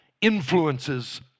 influences